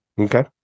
Okay